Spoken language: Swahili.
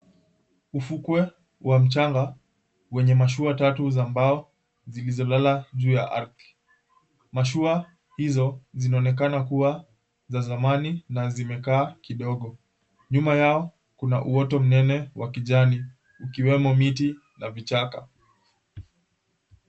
Ufukwe wa mchanga wenye mashua tatu za mbao zilizolala juu ya ardhi. Mashua hizo zinaonekana kuwa za zamani na zimekaa kidogo. Nyuma yao, kuna uoto mnene wa kijani ukiwemo miti na vichaka.